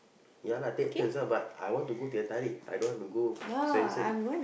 ya lah take turns lah but I want to go teh-tarik I don't want to go Swensens